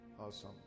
awesome